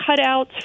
cutouts